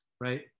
right